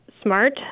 smart